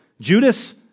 Judas